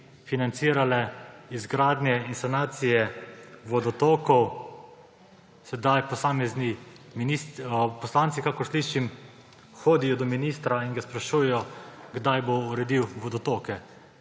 financirale izgradnje in sanacije vodotokov, sedaj posamezni poslanci, kakor slišim, hodijo do ministra in ga sprašujejo, kdaj bo uredil vodotoke.